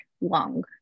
long